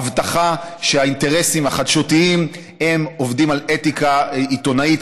הבטחה שהאינטרסים החדשותיים עובדים על אתיקה עיתונאית.